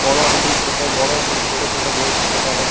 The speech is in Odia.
ବଡ଼ ହାଣ୍ଡି ଛୋଟ ବଡ଼ ଛୋଟ ଛୋଟ ବହୁତ ପ୍ରକାରର